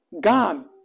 Gone